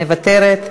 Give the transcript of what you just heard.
מוותרת,